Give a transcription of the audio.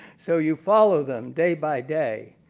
so, you follow them day by day,